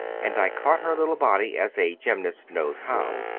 and i caught her little body as a gymnast knows how,